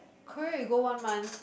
Korea we go one month